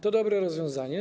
To dobre rozwiązanie.